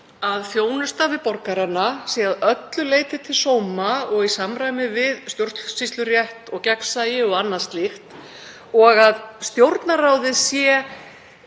að þjónusta við borgarana sé að öllu leyti til sóma og í samræmi við stjórnsýslurétt og gegnsæi og annað slíkt, og að Stjórnarráðið sé